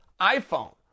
iPhone